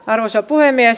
arvoisa puhemies